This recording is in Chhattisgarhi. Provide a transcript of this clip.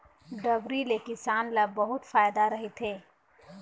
डबरी ले किसान ल बहुत फायदा रहिथे